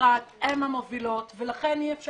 --- אני אציג את עצמי בבקשה.